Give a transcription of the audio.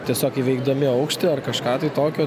tiesiog įveikdami aukštį ar kažką tokio